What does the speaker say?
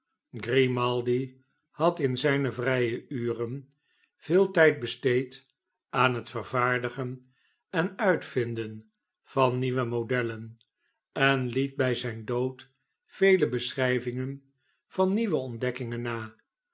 grimaldi had in zijne vrye uren veel tijd besteed aan het vervaardigen en uitvinden van nieuwe modellen en liet bij zijn dood vele beschrijvingen van nieuwe ontdekkingen na